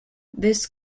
this